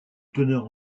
teneur